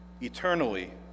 eternally